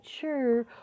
sure